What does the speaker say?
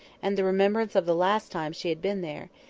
and the remembrance of the last time she had been there,